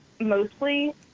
mostly